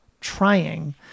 trying